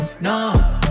No